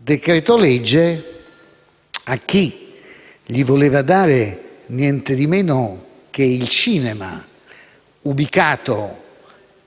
decreto-legge, a chi gli voleva dare niente di meno che il cinema ubicato